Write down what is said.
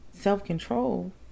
Self-control